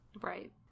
Right